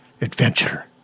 adventure